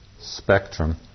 spectrum